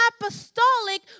apostolic